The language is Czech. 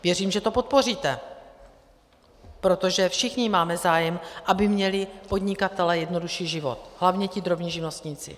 Věřím, že to podpoříte, protože všichni máme zájem, aby měli podnikatelé jednodušší život, hlavně ti drobní živnostníci.